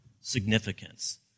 significance